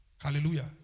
Hallelujah